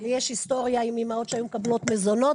-- לי יש היסטוריה עם אימהות שהיו מקבלות מזונות,